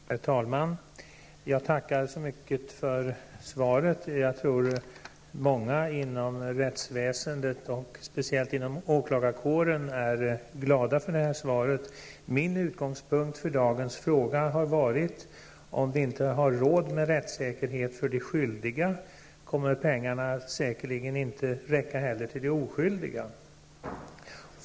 Herr talman! Jag tackar så mycket för svaret. Jag tror att många inom rättsväsendet, och speciellt inom åklagarkåren, är glada över detta svar. Utgångspunkten för min fråga har varit att om vi inte har råd med rättssäkerhet för de skyldiga, kommer pengarna säkerligen inte heller att räcka till de oskyldiga.